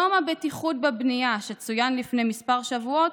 יום הבטיחות בבנייה, שצוין לפני כמה שבועות,